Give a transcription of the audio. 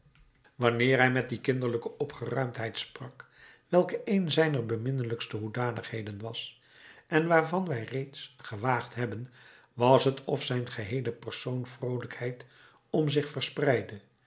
wanneer hij met die kinderlijke opgeruimdheid sprak welke een zijner beminnelijkste hoedanigheden was en waarvan wij reeds gewaagd hebben was het of zijn geheele persoon vroolijkheid om zich verspreidde